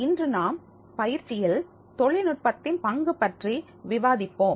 இன்று நாம் பயிற்சியில் தொழில்நுட்பத்தின் பங்கு பற்றி விவாதிப்போம்